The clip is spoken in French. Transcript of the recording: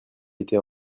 était